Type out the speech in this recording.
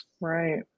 Right